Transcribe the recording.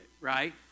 right